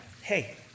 hey